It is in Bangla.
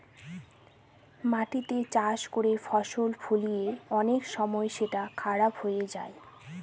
মাটিতে চাষ করে ফসল ফলিয়ে অনেক সময় সেটা খারাপ হয়ে যায়